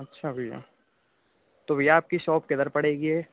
अच्छा भैया तो भैया आपकी शॉप किधर पड़ेगी ये